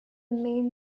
main